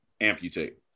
amputate